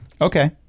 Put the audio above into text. Okay